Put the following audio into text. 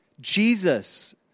Jesus